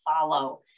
follow